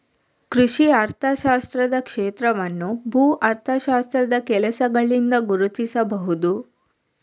ಕೃಷಿ ಅರ್ಥಶಾಸ್ತ್ರದ ಕ್ಷೇತ್ರವನ್ನು ಭೂ ಅರ್ಥಶಾಸ್ತ್ರದ ಕೆಲಸಗಳಿಂದ ಗುರುತಿಸಬಹುದು